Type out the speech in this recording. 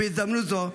בהזדמנות זו,